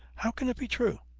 how can it be true?